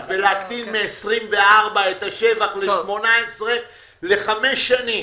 ולהקטין מ-24 את השבח ל-18 לחמש שנים.